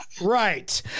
Right